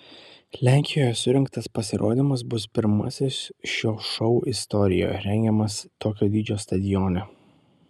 lenkijoje surengtas pasirodymas bus pirmasis šio šou istorijoje rengiamas tokio dydžio stadione